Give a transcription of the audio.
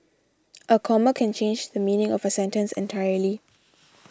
a comma can change the meaning of a sentence entirely